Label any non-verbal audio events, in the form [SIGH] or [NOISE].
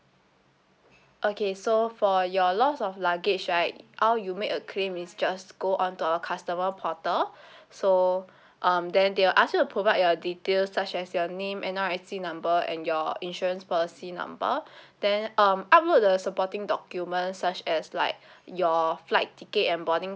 okay so for your loss of luggage right how you make a claim is just go on to our customer portal [BREATH] so [BREATH] um then they will ask you to provide your details such as your name N_R_I_C number and your insurance policy number [BREATH] then um upload the supporting documents such as like [BREATH] your flight ticket and boarding